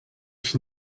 ich